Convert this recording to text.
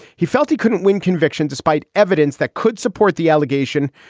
he felt he couldn't win conviction despite evidence that could support the allegation,